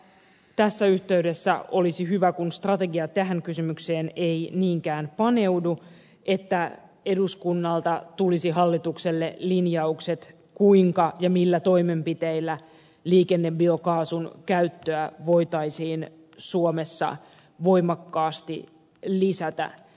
tässä yhteydessä olisi hyvä kun strategia tähän kysymykseen ei niinkään paneudu että eduskunnalta tulisi hallitukselle linjaukset kuinka ja millä toimenpiteillä liikennebiokaasun käyttöä voitaisiin suomessa voimakkaasti lisätä